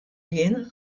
jien